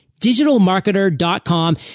DigitalMarketer.com